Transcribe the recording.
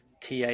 TA